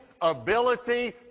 ability